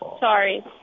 Sorry